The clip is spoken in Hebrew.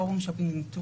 הפורום שופינג,